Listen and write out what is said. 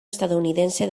estadounidense